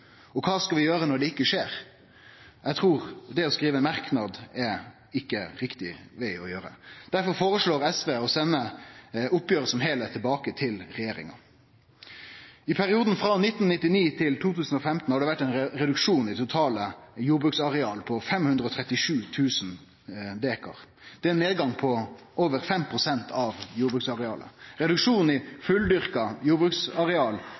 plikt. Kva skal vi gjere når det ikkje skjer? Eg trur det å skrive merknad ikkje er riktig veg å gå. Difor føreslår SV å sende oppgjeret som heilskap tilbake til regjeringa. I perioden frå 1999 til 2015 har det vore ein reduksjon i totalt jordbruksareal på 537 000 dekar. Det er ein nedgang på over 5 pst. av jordbruksarealet. Reduksjonen i fulldyrka jordbruksareal